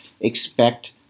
expect